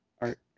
art